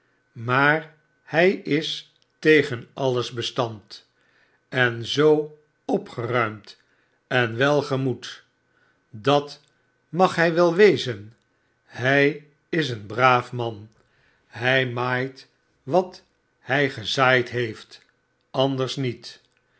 maar hij is tegen alles bestand en zoo opgeruimd en welgemoed sdat mag hij wel wezen hij is een braaf man hij maait wat hij gezaaid heeft anders niet